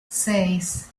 seis